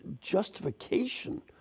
justification